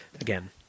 again